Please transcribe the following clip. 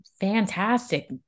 fantastic